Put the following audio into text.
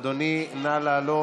אדוני, נא לעלות.